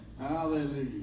Hallelujah